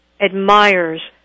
admires